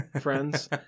friends